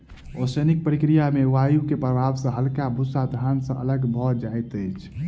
ओसौनिक प्रक्रिया में वायु के प्रभाव सॅ हल्का भूस्सा धान से अलग भअ जाइत अछि